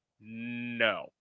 No